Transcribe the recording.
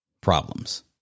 problems